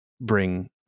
bring